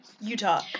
Utah